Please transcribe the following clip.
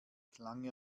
klang